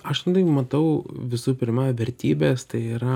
aš matau visų pirma vertybės tai yra